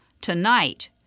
tonight